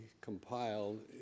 compiled